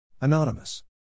Anonymous